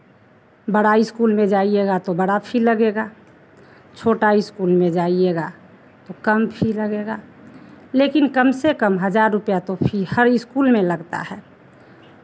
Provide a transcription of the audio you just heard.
बड़ा स्कूल में जाइएगा तो बड़ा फ़ी लगेगा छोटा स्कूल में जाइएगा तो कम फ़ी लगेगा लेकिन कम से कम हज़ार रुपैया तो फ़ी हर स्कूल में लगता है